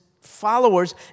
followers